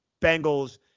Bengals